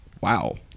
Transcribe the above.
wow